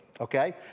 okay